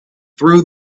through